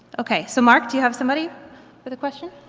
ok, so mark, do you have somebody with a question?